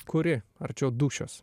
kuri arčiau dūšios